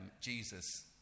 Jesus